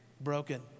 broken